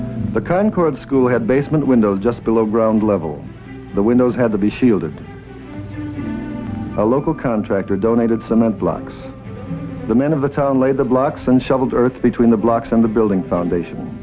the concord school had basement window just below ground level the windows had to be shielded a local contractor donated cement blocks the men of the town laid the blocks and shoveled earth between the blocks and the building foundation